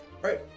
Right